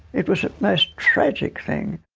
it was a most tragic thing.